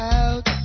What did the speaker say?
out